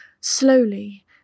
Slowly